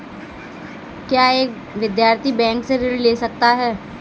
क्या एक विद्यार्थी बैंक से ऋण ले सकता है?